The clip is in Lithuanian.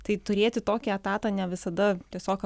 tai turėti tokį etatą ne visada tiesiog